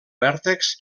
vèrtex